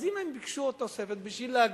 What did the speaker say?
אז אם הם ביקשו עוד תוספת בשביל להגדיל,